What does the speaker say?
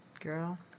Girl